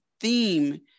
theme